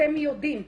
אתם יודעים.